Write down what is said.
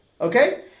Okay